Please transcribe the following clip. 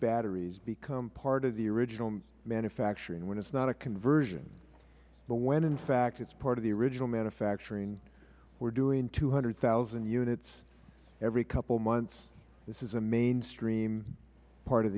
batteries become part of the original manufacturing when it is not a conversion but when in fact it is part of the original manufacturing we are doing two hundred thousand units every couple of months this is a mainstream part of